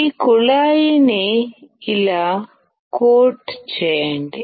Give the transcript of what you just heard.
ఈ కుళాయిని ఇలా కోట్ చేయండి